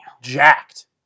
Jacked